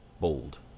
bold